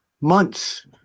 months